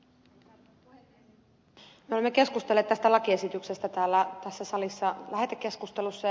me olemme keskustelleet tästä lakiesityksestä tässä salissa lähetekeskustelussa